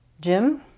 Jim